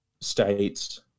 states